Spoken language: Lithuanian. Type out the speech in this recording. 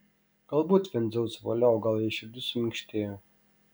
galbūt vien dzeuso valia o gal jai širdis suminkštėjo